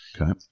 Okay